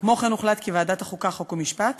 כמו-כן הוחלט כי ועדת החוקה, חוק ומשפט